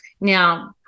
Now